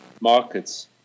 markets